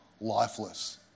lifeless